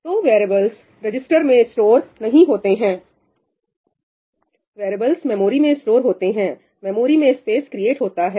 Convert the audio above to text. तो variables registers में store नहीं होते हैं वैरियेबल्स मेमोरी में स्टोर होते हैं मेमोरी में स्पेस क्रिएट होता है